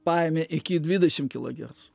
paėmė iki dvidešim kilogerzų